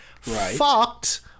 fucked